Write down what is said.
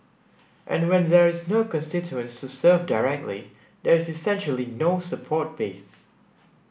and when there is no constituents to serve directly there is essentially no support base